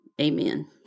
amen